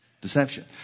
Deception